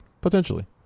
Potentially